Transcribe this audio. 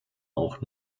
auch